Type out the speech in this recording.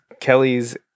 kelly's